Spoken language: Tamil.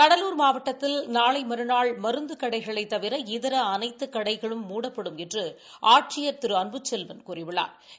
கடலூர் மாவட்டத்தில் நாளை மறுநாள் மருந்து கடைகளைத் தவிர இதர அனைத்து கடைகளும் மூடப்படும் என்று ஆட்சியா் திரு அன்புச்செல்வன் கூறியுள்ளாா்